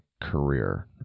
career